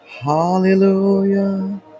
hallelujah